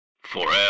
Forever